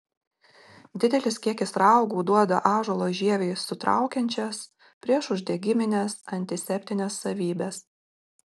didelis kiekis raugų duoda ąžuolo žievei sutraukiančias priešuždegimines antiseptines savybes